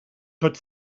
tot